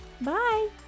Bye